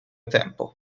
tempo